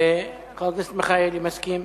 חבר הכנסת מיכאלי, מסכים?